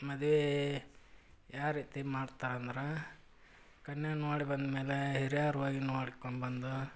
ಮದ್ವೆ ಯಾವ ರೀತಿ ಮಾಡ್ತಾರೆ ಅಂದ್ರೆ ಕನ್ಯೆ ನೋಡಿ ಬಂದಮೇಲೆ ಹಿರಿಯರು ಹೋಗಿ ನೋಡ್ಕೊಂಡ್ಬಂದು